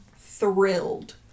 thrilled